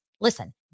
listen